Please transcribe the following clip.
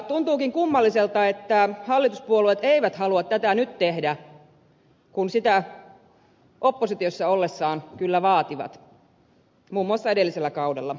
tuntuukin kummalliselta että hallituspuolueet eivät halua tätä nyt tehdä kun sitä oppositiossa ollessaan kyllä vaativat muun muassa edellisellä kaudella